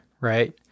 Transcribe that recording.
right